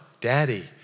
Daddy